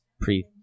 pre